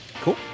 Cool